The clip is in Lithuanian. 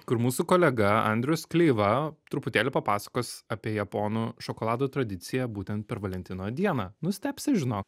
kur mūsų kolega andrius kleiva truputėlį papasakos apie japonų šokolado tradiciją būtent per valentino dieną nustebsi žinok